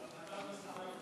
שלנו.